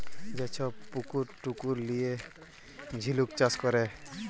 যে ছব পুকুর টুকুর লিঁয়ে ঝিলুক চাষ ক্যরে